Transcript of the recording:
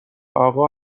آقا